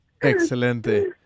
excelente